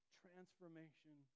transformation